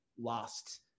lost